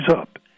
up